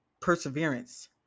perseverance